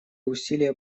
усилия